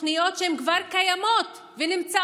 תוכניות שהן כבר קיימות ונמצאות.